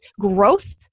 growth